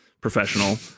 professional